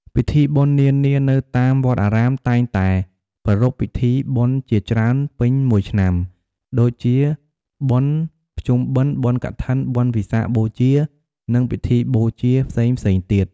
ពិធីបុណ្យនានា នៅតាមវត្តអារាមតែងតែប្រារព្ធពិធីបុណ្យជាច្រើនពេញមួយឆ្នាំ ដូចជា បុណ្យភ្ជុំបិណ្ឌ បុណ្យកឋិន បុណ្យវិសាខបូជា និងពិធីបូជាផ្សេងៗទៀត។